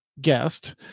guest